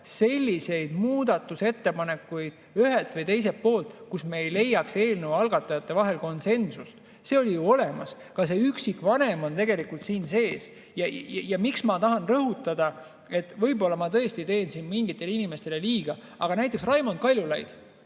selliseid muudatusettepanekuid, mille puhul me ei leiaks eelnõu algatajate vahel konsensust. See oli ju olemas. Ka see üksikvanem on tegelikult siin sees. Ja mis ma tahan rõhutada, võib-olla ma tõesti teen siin mingitele inimestele liiga, aga näiteks Raimond Kaljulaid